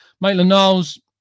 Maitland-Niles